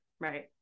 Right